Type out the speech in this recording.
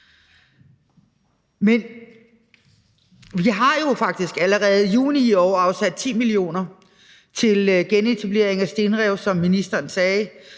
Men vi har jo faktisk allerede i juni i år afsat 10 mio. kr. til genetablering af stenrev, som ministeren sagde,